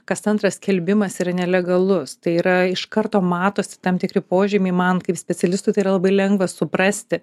kas antras skelbimas yra nelegalus tai yra iš karto matosi tam tikri požymiai man kaip specialistui tai yra labai lengva suprasti